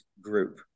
group